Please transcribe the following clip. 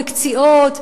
בקציעות,